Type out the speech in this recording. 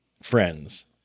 Friends